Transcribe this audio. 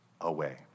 away